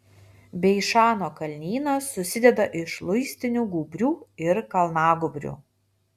beišano kalnynas susideda iš luistinių gūbrių ir kalnagūbrių